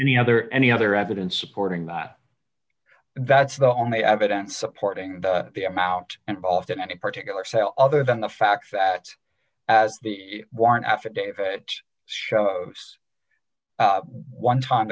any other any other evidence supporting that that's the only evidence supporting the amount and often any particular sale other than the fact that as the warrant affidavit shows one time